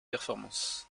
performances